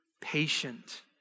patient